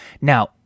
now